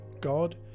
God